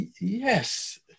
yes